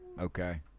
okay